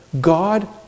God